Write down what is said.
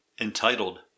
entitled